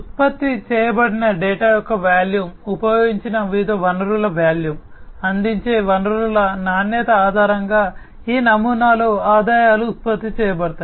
ఉత్పత్తి చేయబడిన డేటా యొక్క వాల్యూమ్ ఉపయోగించిన వివిధ వనరుల వాల్యూమ్ అందించే వనరుల నాణ్యత ఆధారంగా ఈ నమూనాలో ఆదాయాలు ఉత్పత్తి చేయబడతాయి